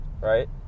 Right